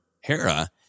Hera